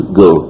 go